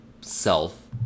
self